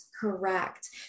Correct